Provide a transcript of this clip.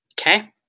Okay